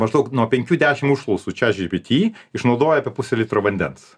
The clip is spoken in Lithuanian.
maždaug nuo penkių dešimt užklausų chatgpt išnaudoja apie pusę litro vandens